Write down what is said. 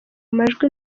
majwi